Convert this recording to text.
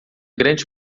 grande